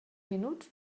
minuts